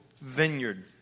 vineyard